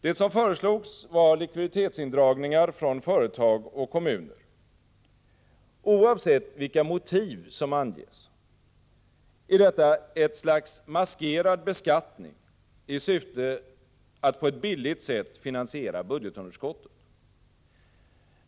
Det som föreslogs var likviditetsindragningar från företag och kommuner. Oavsett vilka motiv som anges är detta ett slags maskerad beskattning i syfte att på ett billigt sätt finansiera budgetunderskottet.